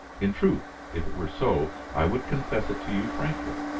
in truth, if it were so, i would confess it to you frankly.